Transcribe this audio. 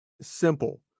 simple